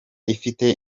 ifite